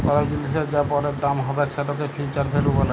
call জিলিসের যা পরের দাম হ্যবেক সেটকে ফিউচার ভ্যালু ব্যলে